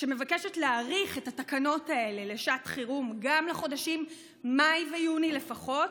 שמבקשת להאריך את התקנות האלה לשעת חירום גם לחודשים מאי ויוני לפחות,